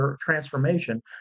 transformation